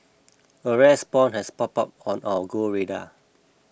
a rare spawn has popped up on our Go radar